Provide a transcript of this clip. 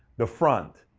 the front,